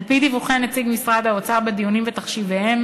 על-פי דיווחי נציגי משרד האוצר בדיונים ותחשיביהם,